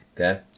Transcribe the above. Okay